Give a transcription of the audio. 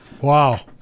Wow